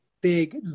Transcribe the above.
big